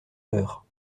eure